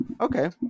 okay